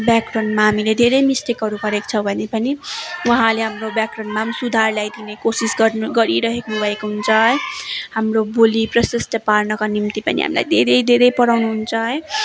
व्याकरणमा हामीले धेरै मिस्टेकहरू गरेको छौँ भने पनि उहाँले हाम्रो व्याकरणमा पनि सुधार ल्याइदिने कोसिस गर्नु गरिरहनु भएको हुन्छ है हाम्रो बोली स्पष्ट पार्नका निम्ति पनि हामीलाई धेरै धेरै पढाउनु हुन्छ है